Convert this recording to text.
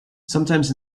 sometimes